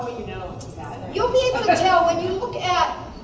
you know you'll be able to tell when you look at